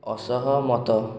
ଅସହମତ